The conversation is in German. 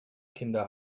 kinder